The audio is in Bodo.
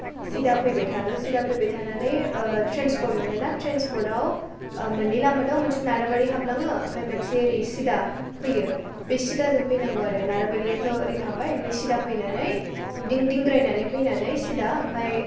सिदा फैबाय थाल' सिदा फैबाय थानानै ट्रेन्सपर्ट मोनोना ट्रेन्सपर्टआव मोननै लामा दं मोनसे नाराबारि हाबलाङो ओमफाय मोनसे ओरै सिदा फैयो बे सिदाजों फैनांगौ आरो नाराबारियाथ' ओरै थांबाय ओमफाय सिदा फैनानै दिं दिंग्रायनानै फैनानै सिदा ओमफाय